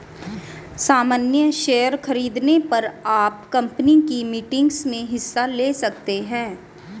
सामन्य शेयर खरीदने पर आप कम्पनी की मीटिंग्स में हिस्सा ले सकते हैं